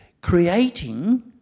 creating